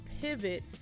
pivot